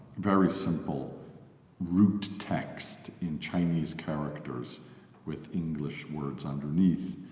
very simple root text in chinese characters with english words underneath.